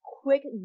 quick